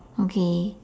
okay